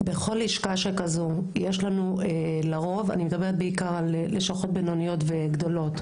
בכל לשכה שכזו אני מדברת בעיקר על לשכות בינוניות וגדולות